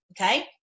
Okay